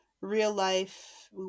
real-life